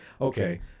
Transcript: okay